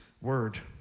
word